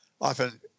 often